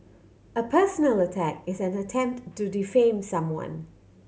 a personal attack is an attempt to defame someone